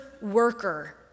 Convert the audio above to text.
worker